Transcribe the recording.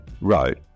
wrote